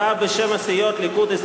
הודעה בשם הסיעות הליכוד,